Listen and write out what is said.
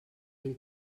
mil